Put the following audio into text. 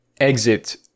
exit